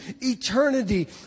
eternity